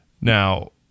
Now